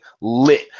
lit